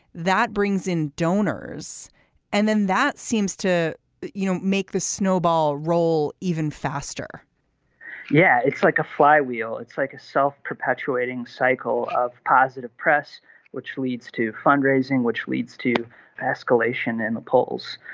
that brings in donors and then that seems to you know make the snowball roll even faster yeah. it's like a flywheel it's like a self-perpetuating cycle of positive press which leads to fundraising which leads to escalation in the polls.